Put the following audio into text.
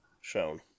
shown